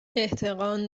احتقان